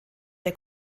der